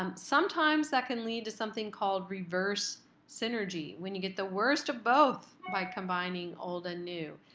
um sometimes that can lead to something called reverse synergy. when you get the worst of both by combining old and knew.